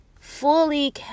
fully